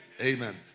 Amen